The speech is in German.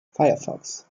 firefox